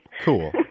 Cool